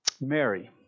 Mary